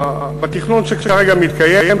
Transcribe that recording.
בתכנון שכרגע מתקיים,